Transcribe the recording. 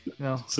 No